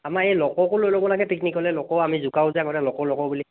আমাৰ এই লক'কো লৈ ল'ব লাগে পিকনিকলৈ লক' আমি জোকাওঁ যে আগতে লক' লক' বুলি